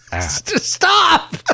Stop